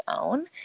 own